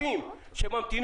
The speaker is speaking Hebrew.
והוא הפעיל